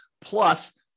plus